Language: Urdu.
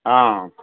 ہاں